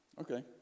Okay